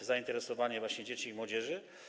zainteresowanie właśnie dzieci i młodzieży.